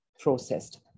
processed